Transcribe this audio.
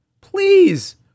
please